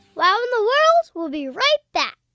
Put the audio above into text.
wow in the world will be right back.